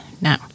now